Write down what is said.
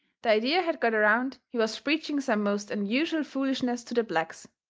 the idea had got around he was preaching some most unusual foolishness to the blacks.